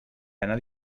anar